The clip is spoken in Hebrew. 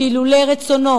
שאילולא רצונו